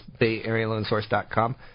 BayAreaLoanSource.com